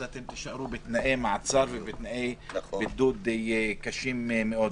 אז אתם תישארו בתנאי מעצר ובתנאי בידוד קשים מאוד.